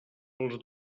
als